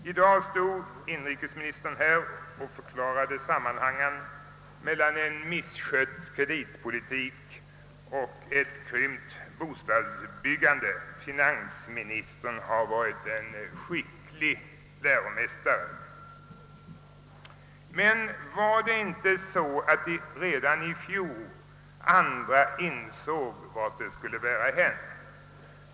I dag stod inrikesministern här och förklarade sammanhangen mellan misskött kreditpolitik och ett krympt bostadsbyggande; finansministern har varit en skicklig läromästare. Men var det inte så att det fanns andra som redan i fjol insåg vart det skulle bära hän?